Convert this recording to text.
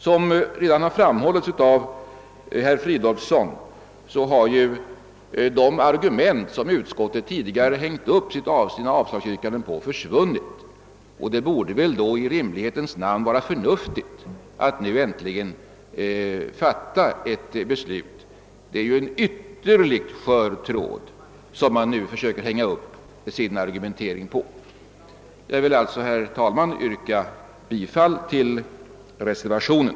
Som redan framhållits av herr Fridolfsson i Stockholm har de argument som utskottet tidigare hängt upp sina avslagsyrkanden på försvunnit. Det borde då väl i rimlighetens namn vara förnuftigt att nu äntligen fatta ett beslut. Det är en ytterligt skör tråd som man nu försöker hänga upp sin argumentering på. Jag vill alltså, herr talman, yrka bifall till reservationen.